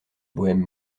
bohême